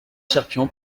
cherpion